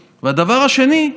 השנייה,